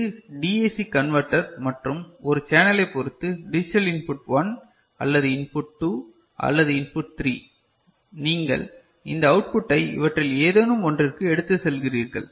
இது DAC converter மற்றும் இது சேனலை பொருத்து டிஜிட்டல் இன்புட் 1 அல்லது இன்புட் 2 அல்லது இன் புட் 3 நீங்கள் இந்த அவுட் புட்டை இவற்றில் ஏதேனும் ஒன்றிற்கு எடுத்துச் செல்கிறீர்கள்